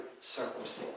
circumstance